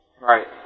Right